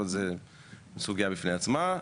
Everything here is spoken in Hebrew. אבל זו סוגיה בפני עצמה,